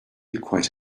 quite